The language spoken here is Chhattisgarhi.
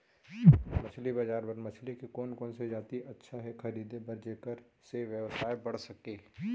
मछली बजार बर मछली के कोन कोन से जाति अच्छा हे खरीदे बर जेकर से व्यवसाय बढ़ सके?